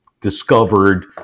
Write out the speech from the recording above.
discovered